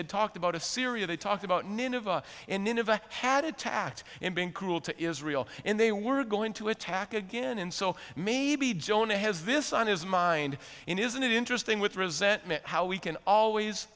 had talked about a syria they talked about nineveh had attacked him being cruel to israel and they were going to attack again and so maybe jonah has this on his mind in isn't it interesting with resentment how we can always